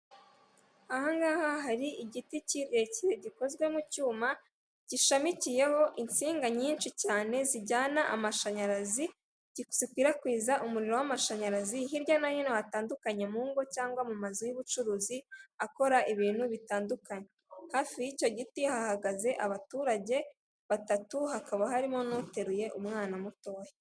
Aha ngaha hari igiti kirekire gikozwe mu cyuma, gishamikiyeho insinga nyinshi cyane zijyana amashanyarazi, zikwirakwiza umuriro w'amashanyarazi, hirya no hino hatandukanye mu ngo cyangwa mu mazu y'ubucuruzi, akora ibintu bitandukanye. Hafi y'icyo giti hahagaze abaturage batatu, hakaba harimo n'uteruye umwana mutoya.